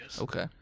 Okay